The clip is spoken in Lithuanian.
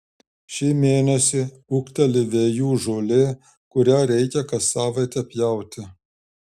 šį mėnesį ūgteli vejų žolė kurią reikia kas savaitę pjauti